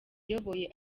uyoboye